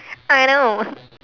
I know